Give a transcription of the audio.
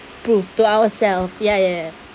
proved to ourself ya ya ya